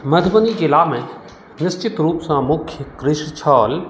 मधुबनी जिलामे निश्चित रूपसँ मुख्य कृषि छल